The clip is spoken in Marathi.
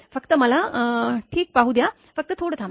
फक्त मला ठीक पाहू द्या फक्त थोड थांबा